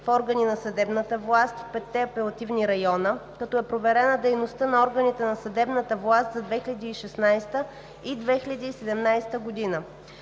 в органи на съдебната власт в петте апелативни района, като е проверена дейността на органите на съдебната власт за 2016 г. и 2017 г.